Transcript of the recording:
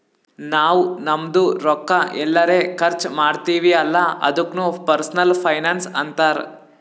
ನಾವ್ ನಮ್ದು ರೊಕ್ಕಾ ಎಲ್ಲರೆ ಖರ್ಚ ಮಾಡ್ತಿವಿ ಅಲ್ಲ ಅದುಕ್ನು ಪರ್ಸನಲ್ ಫೈನಾನ್ಸ್ ಅಂತಾರ್